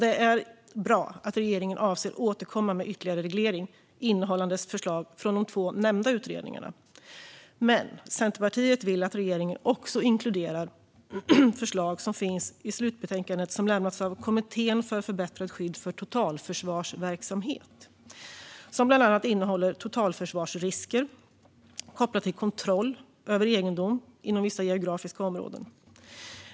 Det är bra att regeringen avser att återkomma med ytterligare reglering innehållande förslag från de två nämnda utredningarna. Men Centerpartiet vill att regeringen också inkluderar förslag som finns i det slutbetänkande som lämnats av Kommittén för förbättrat skydd för totalförsvarsverksamhet, som bland annat innehåller totalförsvarsrisker kopplat till kontroll över egendom inom vissa geografiska områden.